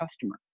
customer